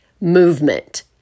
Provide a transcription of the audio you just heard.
movement